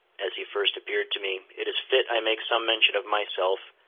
as he first appeared to me, it is fit i make some mention of myself,